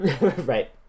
right